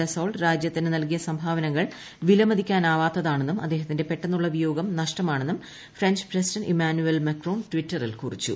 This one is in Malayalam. ഡസ്സോൾട്ട് രാജ്യത്തിന് നൽകിയ സംഭാവനകൾ വിലമതിക്കാനാവാത്തതാണെന്നും അദ്ദേഹത്തിന്റെ പെട്ടെന്നുള്ള വിയോഗം നഷ്ടമാണെന്നും ഫ്രഞ്ച് പ്രസിഡന്റ് ഇമ്മാനുവേൽ മക്രോൺ ടിറ്ററിൽ കുറിച്ചു